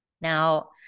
Now